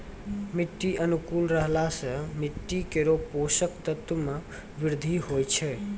मिट्टी अनुकूल रहला सँ मिट्टी केरो पोसक तत्व म वृद्धि होय छै